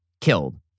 killed